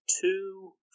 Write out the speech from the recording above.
two